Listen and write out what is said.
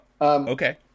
Okay